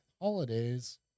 holidays